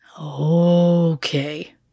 Okay